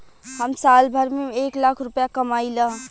हम साल भर में एक लाख रूपया कमाई ला